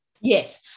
Yes